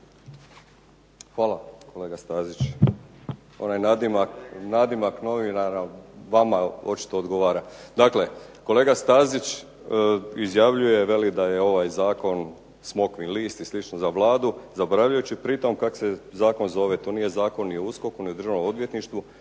Hvala. Kolega Stazić onaj nadimak novinara vama očito odgovara. Dakle, kolega Stazić izjavljuje, veli da je ovaj zakon "smokvin list" i sl. za Vladu, zaboravljajući pritom kako se zakon zove. To nije zakon ni o USKOK-u ni o Državnom odvjetništvu